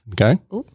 Okay